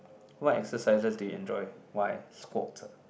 what exercises do you enjoy why squats ah